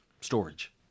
storage